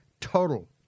total